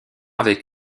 avec